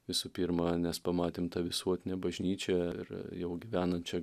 visų pirma nes pamatėm tą visuotinę bažnyčią ir jau gyvenančią